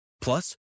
Plus